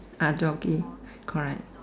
ah doggie correct